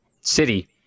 city